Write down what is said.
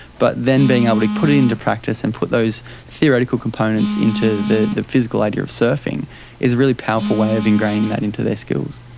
but then being able to put it into practice and put those theoretical components into the the physical idea of surfing is a really powerful way of ingraining that into their skills.